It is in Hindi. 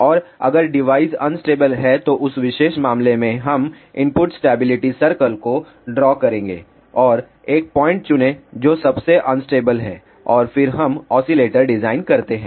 और अगर डिवाइस अनस्टेबल है तो उस विशेष मामले में हम इनपुट स्टैबिलिटी सर्कल को ड्रा करेंगे और एक पॉइंट चुनें जो सबसे अनस्टेबल है और फिर हम ऑसीलेटर डिजाइन करते हैं